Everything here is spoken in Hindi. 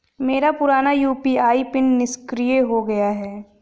मेरा पुराना यू.पी.आई पिन निष्क्रिय हो गया है